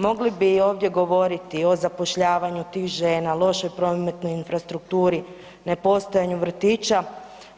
Mogli bi ovdje govoriti o zapošljavanju tih žena, lošoj prometnoj infrastrukturi, nepostojanju vrtića,